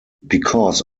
because